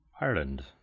Ireland